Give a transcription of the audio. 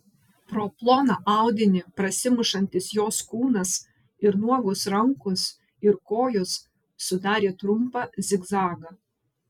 pro ploną audinį prasimušantis jos kūnas ir nuogos rankos ir kojos sudarė trumpą zigzagą